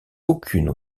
aucune